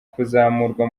kuzamurwa